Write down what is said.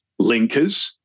linkers